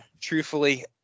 truthfully